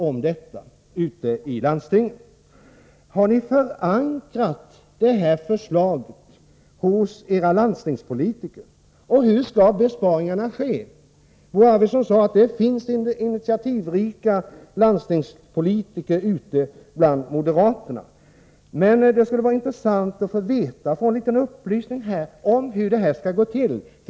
Är förslaget förankrat hos era landstingspolitiker? På vilket sätt skall besparingarna ske? Bo Arvidson sade att det finns initiativri ka moderata landstingspolitiker. Det skulle vara intressant att få veta hur det här skall gå till.